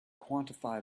quantify